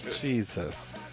Jesus